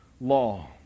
law